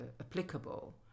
applicable